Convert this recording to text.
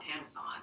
Amazon